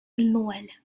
ноль